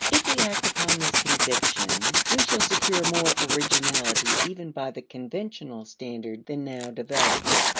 if we act upon this conviction, we shall secure more originality even by the conventional standard than now develops.